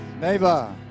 Neighbor